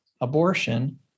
abortion